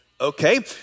Okay